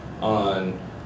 on